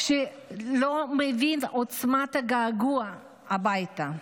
לא מבין את עוצמת הגעגוע הביתה.